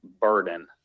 burden